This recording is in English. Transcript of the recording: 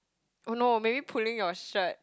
oh no maybe pulling your shirt